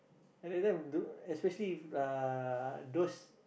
at that time the especially uh those